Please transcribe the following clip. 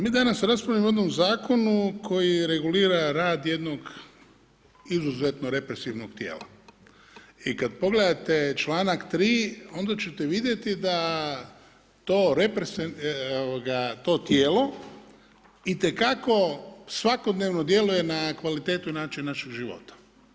Mi danas raspravljamo o jednom zakonu koji regulira rad jednog izuzetno represivnog tijela i kad pogledate članak 3. onda ćete vidjeti da to represivno, ovoga to tijelo itekako svakodnevno djeluje na kvalitetu načina našeg života.